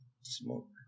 smoke